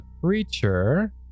creature